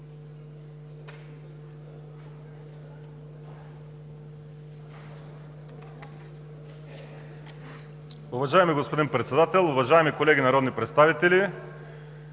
Уважаеми господин Председател, уважаеми народни представители!